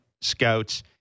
scouts